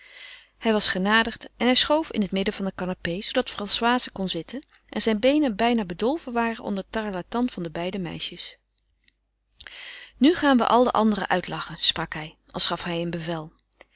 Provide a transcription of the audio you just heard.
hij was genadig en schoof in het midden van de canapé zoodat françoise kon zitten en zijne beenen bijna bedolven waren onder de tarlatan der beide meisjes nu gaan we al de anderen uitlachen sprak hij als gaf hij een bevel